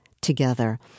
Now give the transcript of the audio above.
together